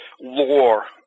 lore